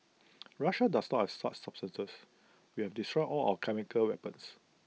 Russia does not have substances we have destroyed all of our chemical weapons